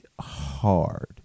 hard